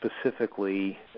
specifically